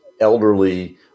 elderly